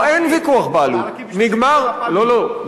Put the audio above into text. פה אין ויכוח בעלות, נגמר, לא לא.